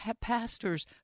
pastor's